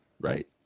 right